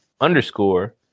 underscore